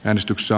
äänestyksessä